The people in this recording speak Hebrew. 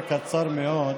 אני אעשה את זה קצר מאוד.